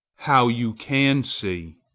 how you can see